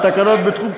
ותקנות בתחום,